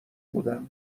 بودم